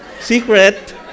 Secret